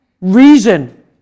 reason